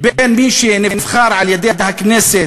בין מי שנבחר על-ידי הכנסת,